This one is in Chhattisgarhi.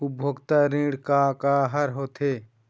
उपभोक्ता ऋण का का हर होथे?